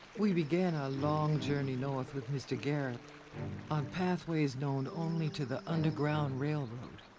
we begun our long journey north with mr. garrett on pathways known only to the underground railroad.